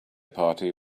party